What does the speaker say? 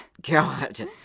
God